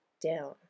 down